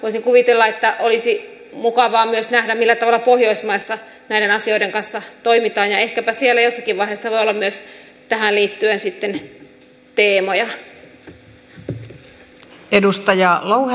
voisin kuvitella että olisi mukavaa myös nähdä millä tavalla pohjoismaissa näiden asioiden kanssa toimitaan ja ehkäpä siellä sitten jossakin vaiheessa voi olla myös tähän liittyen teemoja